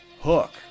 Hook